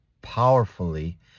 powerfully